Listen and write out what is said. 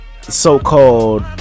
so-called